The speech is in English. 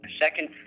second